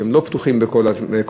והן לא פתוחות כל הזמן,